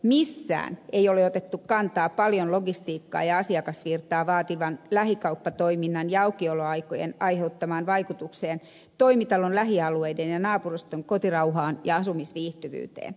missään ei ole otettu kantaa paljon logistiikkaa ja asiakasvirtaa vaativan lähikauppatoiminnan ja aukioloaikojen aiheuttamaan vaikutukseen toimitalon lähialueiden ja naapuruston kotirauhaan ja asumisviihtyvyyteen